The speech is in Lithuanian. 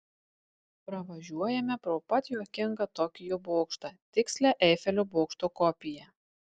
pravažiuojame pro pat juokingą tokijo bokštą tikslią eifelio bokšto kopiją